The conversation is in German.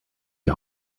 die